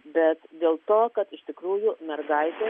bet dėl to kad iš tikrųjų mergaitė